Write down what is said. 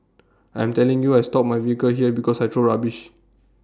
I am telling you I stop my vehicle here because I throw rubbish